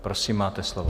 Prosím, máte slovo.